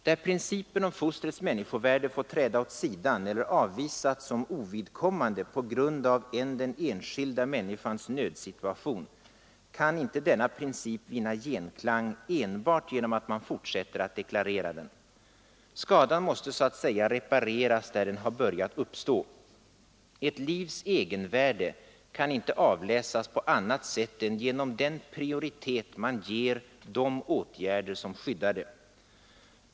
Där principen om fostrets människovärde fått träda åt sidan eller avvisats som ovidkommande på grund av en den enskilda människans nödsituation, kan inte denna princip vinna genklang enbart genom att man fortsätter att deklarera den. Skadan måste så att säga repareras, där den har börjat uppstå. Ett livs egenvärde kan inte avläsas på annat sätt än genom den prioritet man ger de åtgärder, som skyddar det.